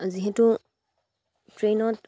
যিহেতু ট্ৰেইনত